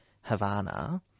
Havana